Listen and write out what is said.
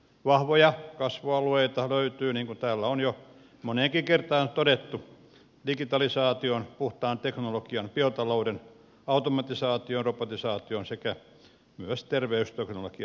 vahvoja kasvualueita löytyy niin kuin täällä on jo moneenkin kertaan todettu digitalisaation puhtaan teknologian biotalouden automatisaation robotisaation sekä myös terveysteknologian alueilla